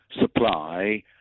supply